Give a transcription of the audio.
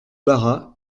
bara